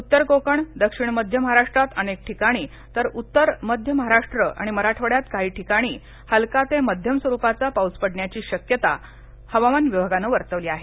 उत्तर कोकण दक्षिण मध्य महाराष्ट्रात अनेक ठिकाणी तर उत्तर मध्य महाराष्ट्र आणि मराठवाड्यात काही ठिकाणी हलका ते मध्यम स्वरूपाचा पाऊस पडण्याची शक्यता हवामान विभागन वर्तवली आहे